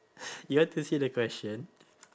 you want to see the question